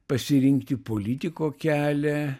pasirinkti politiko kelią